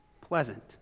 pleasant